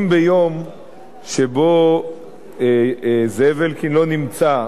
אם ביום שבו זאב אלקין לא נמצא,